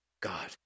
God